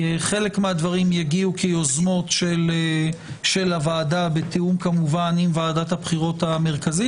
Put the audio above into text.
חלק מהדברים יגיעו כיוזמות של הוועדה בתיאום עם ועדת הבחירות המרכזית,